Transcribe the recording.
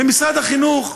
ומשרד החינוך,